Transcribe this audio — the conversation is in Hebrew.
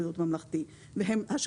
אבל תודה לך, אדוני.